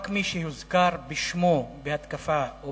רק מי שהוזכר בשמו בהתקפה או